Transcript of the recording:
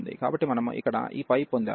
కాబట్టి మనము ఇక్కడ ఈ పొందాము